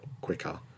quicker